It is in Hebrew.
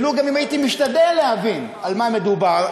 אפילו אם הייתי משתדל להבין על מה מדובר,